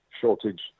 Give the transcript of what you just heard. shortage